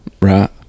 Right